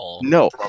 no